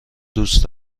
دوست